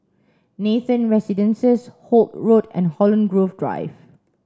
Nathan Residences Holt Road and Holland Grove Drive